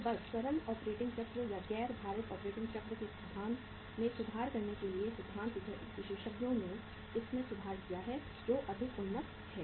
तो बस सरल ऑपरेटिंग चक्र या गैर भारित ऑपरेटिंग चक्र के सिद्धांत में सुधार करने के लिए सिद्धांत विशेषज्ञों ने इसमें सुधार किया है जो अधिक उन्नत है